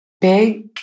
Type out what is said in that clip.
big